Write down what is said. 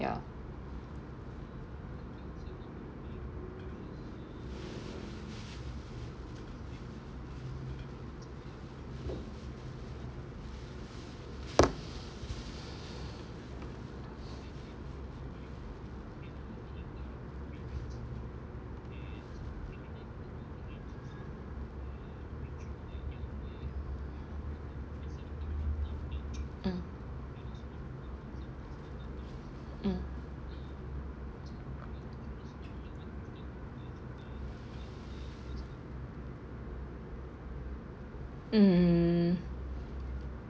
ya mm mm mm